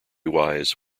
wise